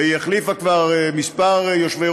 והיא החליפה כבר כמה יושבי-ראש,